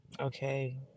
Okay